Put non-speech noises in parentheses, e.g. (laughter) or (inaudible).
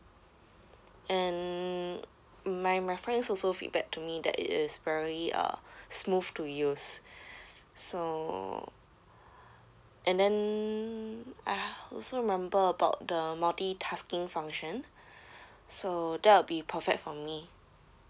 and my my friends also feedback to me that it is very uh (breath) smooth to use (breath) so and then ah I also remember about the multi tasking function (breath) so that will be perfect for me